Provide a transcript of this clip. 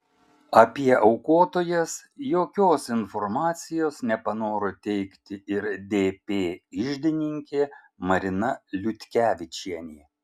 apie aukotojas jokios informacijos nepanoro teikti ir dp iždininkė marina liutkevičienė